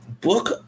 book